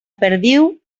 perdiu